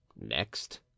next